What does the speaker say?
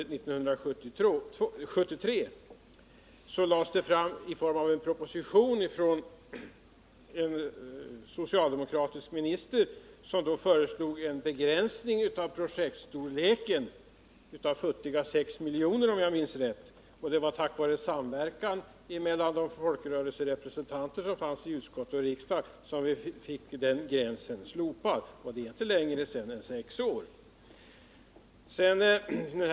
som vi fick 1973, föregicks av en proposition från en socialdemokratisk minister. vilken föreslog en begränsning av projektstorleken till futtiga 6 milj.kr. om jag minns rätt. Det var tack vare samverkan mellan folkrörelserepresentanterna i utskottet och riksdagen som den gränsen slopades. Det var alltså för bara sex år sedan.